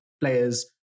players